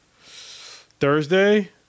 Thursday